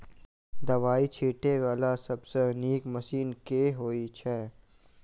दवाई छीटै वला सबसँ नीक मशीन केँ होइ छै?